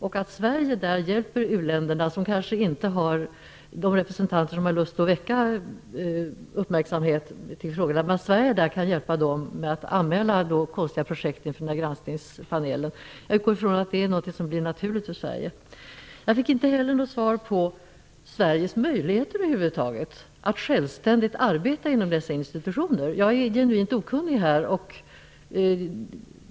Sverige skulle kunna hjälpa u-länder som kanske inte har representanter som har lust att väcka uppmärksamhet kring konstiga projekt, med att anmäla sådana till granskningspanelen. Jag utgår från att sådant skulle bli naturligt för Sverige. Jag fick inte heller något svar min fråga om Sveriges möjligheter över huvud taget att arbeta självständigt inom dessa institutioner. Jag är genuint okunnig på det här området.